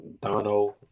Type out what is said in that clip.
Dono